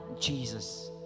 Jesus